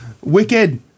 Wicked